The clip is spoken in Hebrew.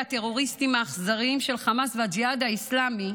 הטרוריסטים האכזריים של חמאס והג'יהאד האסלאמי.